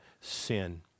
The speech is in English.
sin